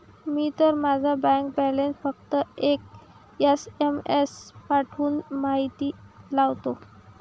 मी तर माझा bank balance फक्त एक एस.एम.एस पाठवून माहिती लावतो